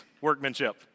workmanship